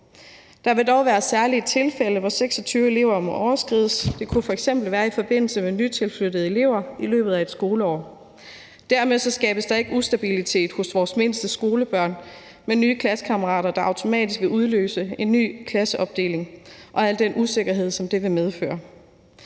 Der vil dog være særlige tilfælde, hvor antallet 26 elever må overskrides. Det kunne f.eks. være i forbindelse med nytilflyttede elever i løbet af et skoleår. Dermed skabes der ikke ustabilitet for vores mindste skolebørn med nye klassekammerater, der automatisk vil udløse en ny klasseopdeling, og al den usikkerhed, som det vil medføre.